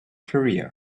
career